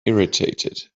irritated